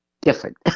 different